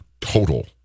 total